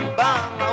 bang